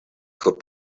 could